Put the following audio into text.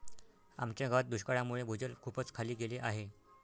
आमच्या गावात दुष्काळामुळे भूजल खूपच खाली गेले आहे